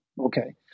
Okay